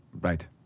Right